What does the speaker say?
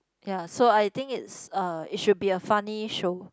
ya so I think it's uh it should be a funny show